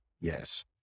Yes